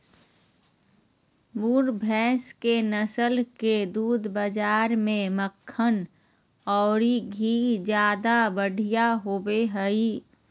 मुर्रा भैस के नस्ल के दूध बाज़ार में मक्खन औरो घी ज्यादा बढ़िया होबो हइ